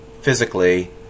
physically